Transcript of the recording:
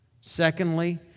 Secondly